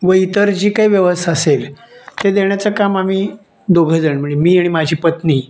व इतर जी काही व्यवस्था असेल ते देण्याचं काम आम्ही दोघंजण म्हणजे मी आणि माझी पत्नी